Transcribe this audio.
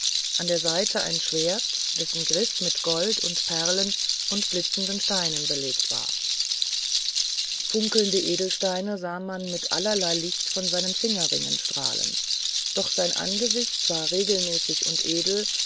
an der seite ein schwert dessen griff mit gold und perlen und blitzenden steinen ausgelegt war funkelnde edelsteine sah man mit allerlei licht von seinen fingerringen strahlen doch sein angesicht war regelmäßig und edel